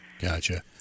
Gotcha